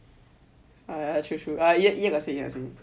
ya true true